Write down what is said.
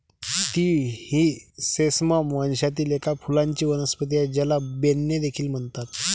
तीळ ही सेसमम वंशातील एक फुलांची वनस्पती आहे, ज्याला बेन्ने देखील म्हणतात